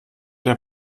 der